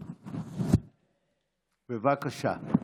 בבקשה.